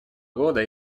года